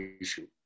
issue